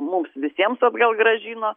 mums visiems atgal grąžino